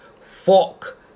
fuck